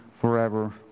forever